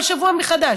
כל שבוע מחדש.